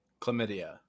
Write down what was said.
Chlamydia